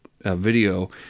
video